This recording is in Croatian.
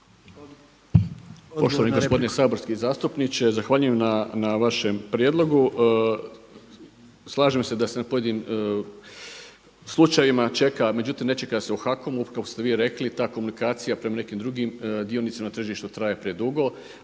Poštovani gospodine saborski zastupniče, zahvaljujem na vašem prijedlogu. Slažem se da se na pojedinim slučajevima čeka, međutim ne čeka se u HAKOM-u kao što ste vi rekli. Ta komunikacija prema nekim drugim dionicima na tržištu traje predugo.